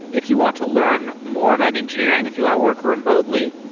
if you want to learn more about engineering, if you want to work remotely,